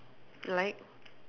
like